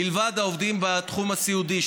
מלבד העובדים בתחום הסיעודי,